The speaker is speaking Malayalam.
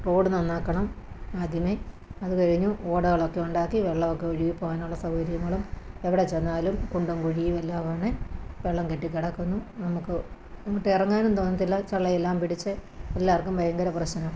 റോഡ് നന്നാക്കണം ആദ്യമേ അതുകഴിഞ്ഞ് ഓടകളൊക്കെ ഉണ്ടാക്കി വെള്ളമൊക്കെ ഒഴുകി പോകാനുള്ള സൗകര്യങ്ങളും എവിടെ ചെന്നാലും കുണ്ടും കുഴിയുമെല്ലാമാണ് വെള്ളം കെട്ടി കിടക്കുന്നു നമുക്ക് നമുക്ക് അങ്ങോട്ട് ഇറങ്ങാനും തോന്നതില്ല ചെള്ളയെല്ലാം പിടിച്ച് എല്ലാവർക്കും ഭയങ്കര പ്രശ്നം